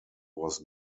was